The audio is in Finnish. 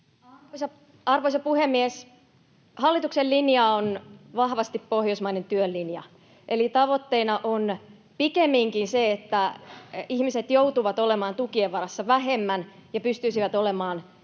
Arvoisa puhemies! Hallituksen linja on vahvasti pohjoismainen työn linja, eli tavoitteena on pikemminkin se, että ihmiset joutuvat olemaan tukien varassa vähemmän ja pystyisivät olemaan töissä